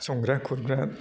संग्रा खुदग्रा